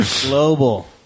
Global